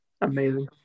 Amazing